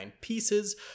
pieces